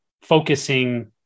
focusing